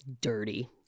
dirty